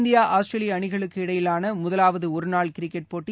India Australia அணிகளுக்கு இடையிலான முதலாவது ஒருநாள் கிரிக்கெட் போட்டி